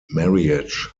marriage